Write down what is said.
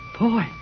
Boy